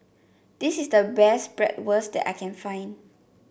this is the best Bratwurst that I can find